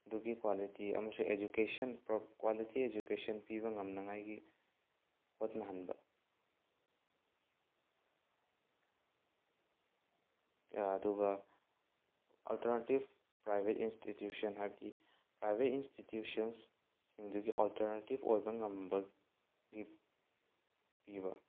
ꯗꯨꯒꯤ ꯀ꯭ꯋꯥꯂꯤꯇꯤ ꯑꯃꯁꯨꯡ education quality education ꯄꯤꯕ ꯉꯝꯅꯉꯥꯏꯒꯤ ꯍꯣꯠꯅꯍꯟꯕ ꯑꯗꯨꯒ ꯑꯜꯇꯔꯅꯦꯇꯤꯞ ꯄ꯭ꯔꯥꯏꯚꯦꯠ ꯏꯟꯁꯇꯤꯇ꯭ꯌꯨꯁꯟ ꯍꯥꯏꯕꯗꯤ ꯄ꯭ꯔꯥꯏꯚꯦꯠ ꯏꯟꯁꯇꯤꯇ꯭ꯌꯨꯁꯟꯁ ꯁꯤꯡꯗꯨꯒꯤ ꯑꯣꯜꯇꯔꯅꯦꯇꯤꯞ ꯑꯣꯏꯕ ꯉꯝꯕꯒꯤ ꯄꯤꯕ